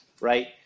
right